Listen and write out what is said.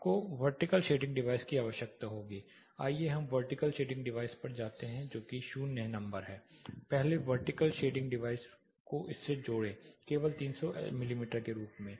आपको vertical shading device की आवश्यकता होगी आइए हम वर्टिकल शेडिंग डिवाइस पर जाते हैं जो कि 0 नंबर है पहले वर्टिकल शेडिंग डिवाइस को इसमें जोड़ें केवल 300 मिमी के रूप में